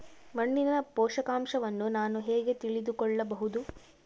ಮಣ್ಣಿನ ಪೋಷಕಾಂಶವನ್ನು ನಾನು ಹೇಗೆ ತಿಳಿದುಕೊಳ್ಳಬಹುದು?